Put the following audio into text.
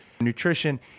nutrition